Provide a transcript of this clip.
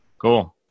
Cool